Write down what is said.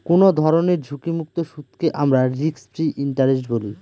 কোনো ধরনের ঝুঁকিমুক্ত সুদকে আমরা রিস্ক ফ্রি ইন্টারেস্ট বলি